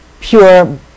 pure